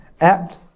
Act